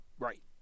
Right